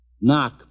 Knock